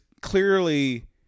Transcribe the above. clearly